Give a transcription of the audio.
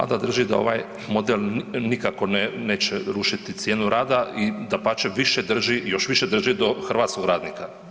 Vlada drži da ovaj model nikako neće rušiti cijenu rada i dapače, više drži, još više drži do hrvatskog radnika.